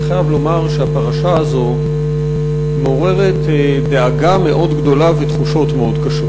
אני חייב לומר שהפרשה הזאת מעוררת דאגה מאוד גדולה ותחושות מאוד קשות.